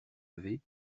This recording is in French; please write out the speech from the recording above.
levés